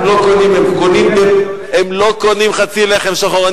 הם לא קונים חצי לחם שחור.